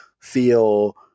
feel